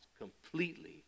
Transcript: completely